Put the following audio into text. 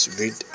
read